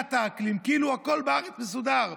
ועידת האקלים, כאילו הכול בארץ מסודר,